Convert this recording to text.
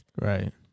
Right